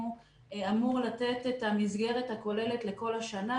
אמור לתת את המסגרת הכוללת לכל השנה,